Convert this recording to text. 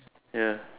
ya